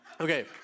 Okay